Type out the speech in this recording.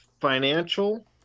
financial